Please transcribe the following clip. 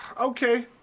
Okay